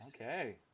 Okay